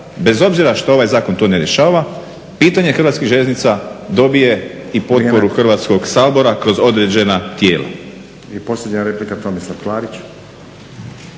bez obzira što ovaj zakon to ne rješava, pitanje Hrvatskih željeznica dobije i potporu Hrvatskog sabora kroz određena tijela.